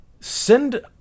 Send